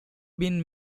been